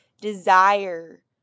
desire